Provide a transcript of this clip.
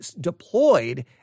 deployed